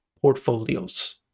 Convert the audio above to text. portfolios